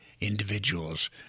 individuals